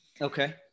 Okay